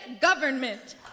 government